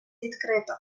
відкрито